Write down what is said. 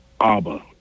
ABBA